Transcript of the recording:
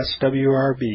swrb